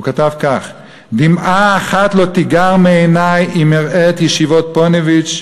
הוא כתב כך: "דמעה אחת לא תיגר מעיני אם אראה את ישיבות 'פוניבז'',